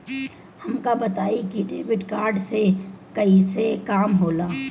हमका बताई कि डेबिट कार्ड से कईसे काम होला?